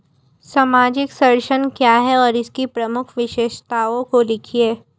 सामाजिक संरक्षण क्या है और इसकी प्रमुख विशेषताओं को लिखिए?